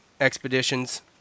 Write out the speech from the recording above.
expeditions